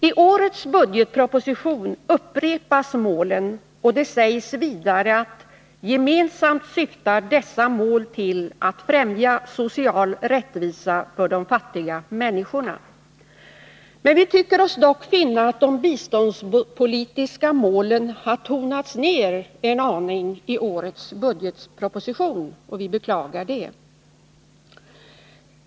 I årets budgetproposition upprepas målen, och det sägs vidare att ”gemensamt syftar dessa mål till att främja social rättvisa för de fattiga människorna”. Vi tycker oss dock finna att de biståndspolitiska målen har tonats ned en aning i årets budgetproposition, och vi beklagar det.